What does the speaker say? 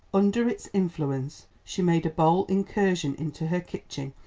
under its influence she made a bold incursion into her kitchen,